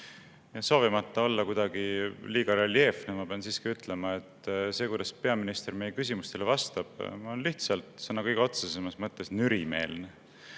Soovimata olla liiga reljeefne, ma pean siiski ütlema, et see, kuidas peaminister meie küsimustele vastab, on lihtsalt sõna kõige otsesemas mõttes nürimeelne.